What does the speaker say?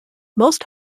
most